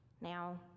Now